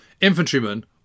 infantrymen